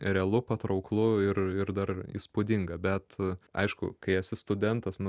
realu patrauklu ir ir dar įspūdinga bet aišku kai esi studentas nu